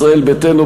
ישראל ביתנו,